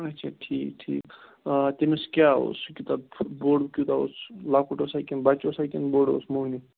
اچھا ٹھیٖک ٹھیٖک آ تمس کیاہ اوس سُہ کوتاہ بوٚڑ کیوتاہ اوس لَکُٹ اوسہ بچہِ اوسہ کنہ بوٚڑ اوس موٚہنیو